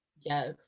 Yes